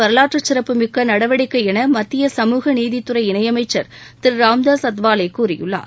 வரலாற்றுச் சிறப்புமிக்க நடவடிக்கை என மத்திய சமூக நீதித் துறை இணையமைச்சர் திரு ராமதாஸ் அத்வாலே கூறியுள்ளார்